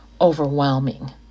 overwhelming